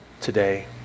today